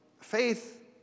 faith